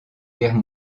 guerre